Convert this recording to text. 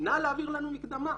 נא להעביר לנו מקדמה.